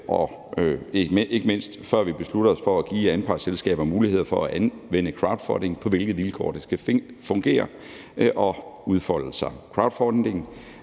og ikke mindst før vi beslutter os for at give anpartsselskaber mulighed for at anvende crowdfunding, undersøger, på hvilke vilkår det skal fungere og udfolde sig. Crowdfunding